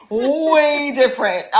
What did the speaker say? way different